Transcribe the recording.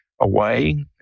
away